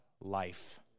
life